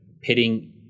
pitting